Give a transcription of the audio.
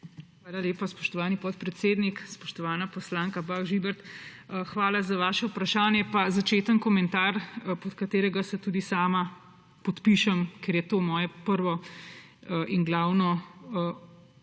Hvala lepa, spoštovani podpredsednik. Spoštovana poslanka, Bah Žibert, hvala za vaše vprašanje. Hvala tudi za začetni komentar, pod katerega se tudi sama podpišem, ker je to moje prvo in glavno